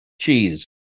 Cheese